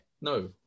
No